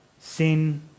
sin